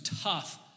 tough